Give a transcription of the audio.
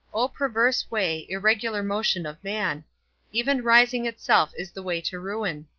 o perverse way, irregular motion of man even rising itself is the way to ruin!